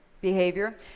behavior